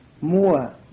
more